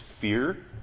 fear